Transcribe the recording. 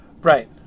Right